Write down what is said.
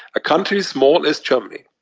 a country small as germany,